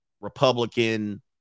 Republican